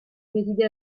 résidait